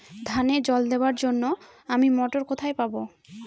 ধানে জল দেবার জন্য আমি মটর কোথায় পাবো?